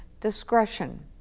discretion